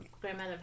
grandmother